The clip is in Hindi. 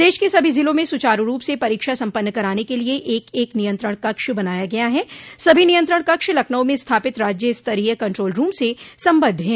प्रदेश के सभी जिलों में सुचारू रूप से परीक्षा सम्पन्न कराने के लिये एक एक नियंत्रण कक्ष बनाया गया है सभी नियंत्रण कक्ष लखनऊ में स्थापित राज्यस्तरीय कंट्रोल रूम स संबद्ध है